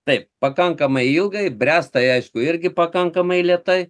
taip pakankamai ilgai bręsta jie aišku irgi pakankamai lėtai